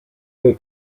they